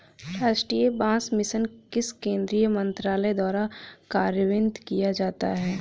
राष्ट्रीय बांस मिशन किस केंद्रीय मंत्रालय द्वारा कार्यान्वित किया जाता है?